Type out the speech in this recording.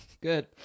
Good